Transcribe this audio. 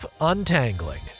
untangling